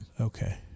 Okay